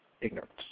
ignorance